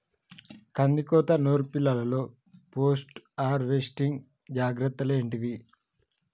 కందికోత నుర్పిల్లలో post harvesting జాగ్రత్తలు ఏంటివి?